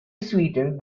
sweetened